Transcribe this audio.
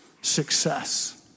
success